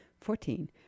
Fourteen